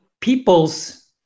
people's